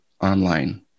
online